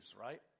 right